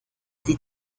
sie